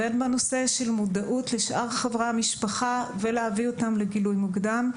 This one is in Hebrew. ואם בנושא של המודעות של שאר חברי המשפחה וההבאה שלהם לגילוי מוקדם.